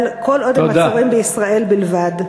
אבל כל עוד הם עצורים בישראל בלבד?